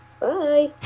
Bye